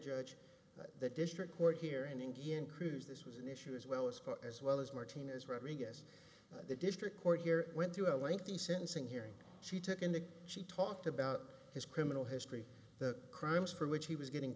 judge the district court here in indian crews this was an issue as well as as well as martinez reading yes the district court here went through a lengthy sentencing hearing she took in the she talked about his criminal history the crimes for which he was getting